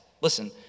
listen